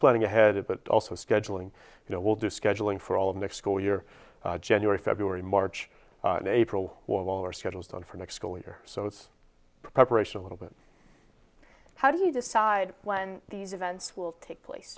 planning ahead but also scheduling you know we'll do scheduling for all of next school year january february march and april waller settles down for next year so it's preparation a little bit how do you decide when these events will take place